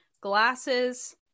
glasses